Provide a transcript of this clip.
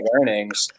earnings